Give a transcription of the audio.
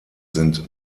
sind